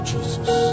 Jesus